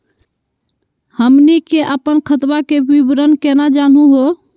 हमनी के अपन खतवा के विवरण केना जानहु हो?